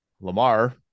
Lamar